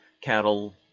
cattle